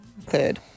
Third